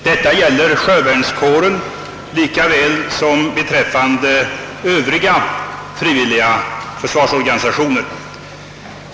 Detta gäller sjövärnskåren lika väl som Övriga frivilliga försvarsorganisationer.